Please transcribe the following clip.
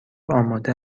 آماده